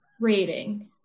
rating